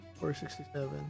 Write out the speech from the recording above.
467